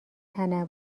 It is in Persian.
تنوع